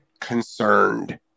concerned